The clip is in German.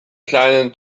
kleinen